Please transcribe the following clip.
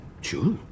Sure